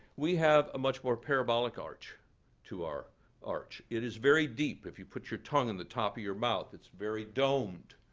we have a much more parabolic arch to our arch. it is very deep. if you put your tongue in the top your mouth, it's very domed.